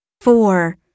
four